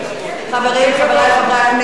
חברי חברי הכנסת,